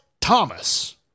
Thomas